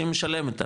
שהיא משלמת עליו.